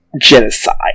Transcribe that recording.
genocide